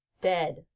Dead